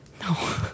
No